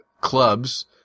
clubs